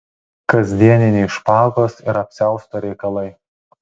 kasdieniniai špagos ir apsiausto reikalai